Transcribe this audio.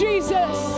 Jesus